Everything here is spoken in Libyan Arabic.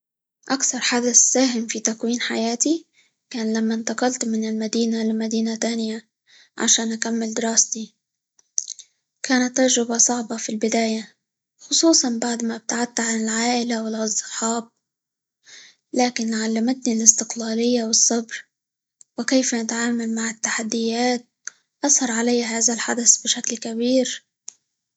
أكثر حدث ساهم في تكوين حياتي كان لما انتقلت من المدينة، لمدينة تانية؛ عشان أكمل دراستي، كانت تجربة صعبة في البداية خصوصًا بعد ما ابتعدت عن العائلة -والأصد- والأصحاب، لكن علمتني الإستقلالية، والصبر، وكيف نتعامل مع التحديات، أثر علي هذا الحدث بشكل كبير.